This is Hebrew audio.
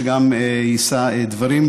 שגם יישא דברים,